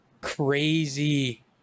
crazy